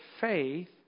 faith